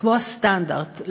לקבוע סטנדרט,